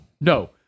No